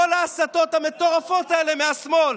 כל ההסתות המטורפות האלה מהשמאל,